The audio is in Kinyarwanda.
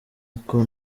uko